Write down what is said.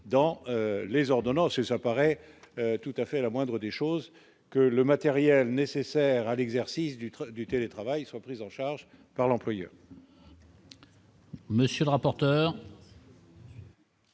dans les ordonnances et ça paraît tout à fait la moindre des choses que le matériel nécessaire à l'exercice du train du télétravail sont prises en charge par l'employeur.